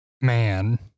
Man